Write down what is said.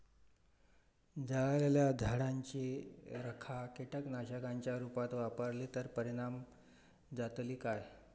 जळालेल्या झाडाची रखा कीटकनाशकांच्या रुपात वापरली तर परिणाम जातली काय?